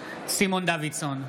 סימון דוידסון,